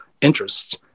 interests